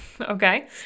okay